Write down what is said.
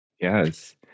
yes